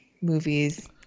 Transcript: movies